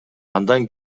андан